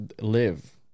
live